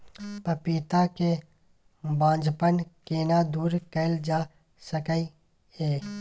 पपीता के बांझपन केना दूर कैल जा सकै ये?